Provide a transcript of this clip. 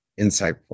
insightful